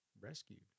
Rescued